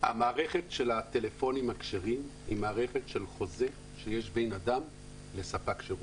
המערכת של הטלפונים הכשרים היא מערכת של חוזה שיש בין אדם לספק שירות.